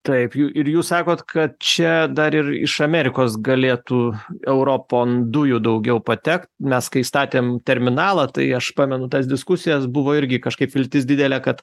taip ir jūs sakot kad čia dar ir iš amerikos galėtų europon dujų daugiau patekt mes kai statėm terminalą tai aš pamenu tas diskusijas buvo irgi kažkaip viltis didelė kad